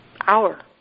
hour